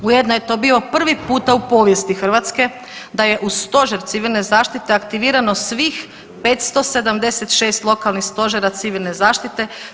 Ujedno je to bio prvi puta u povijesti Hrvatske da je u stožer civilne zaštite aktivirano svih 576 lokalnih stožera civilne zaštite.